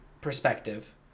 perspective